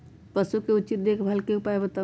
पशु के उचित देखभाल के उपाय बताऊ?